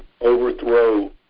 overthrow